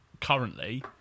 currently